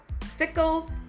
fickle